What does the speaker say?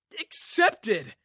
accepted